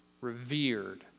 revered